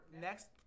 next